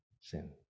sin